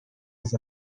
with